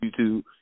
YouTube